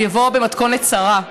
החוק יבוא במתכונת צרה,